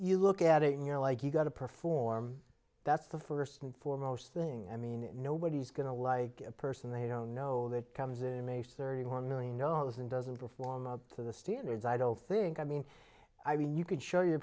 you look at it and you're like you got to perform that's the first and foremost thing i mean nobody's going to like a person they don't know that comes in a major thirty one million dollars and doesn't perform up to the standards i don't think i mean i mean you could show your